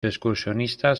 excursionistas